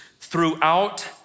throughout